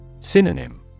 Synonym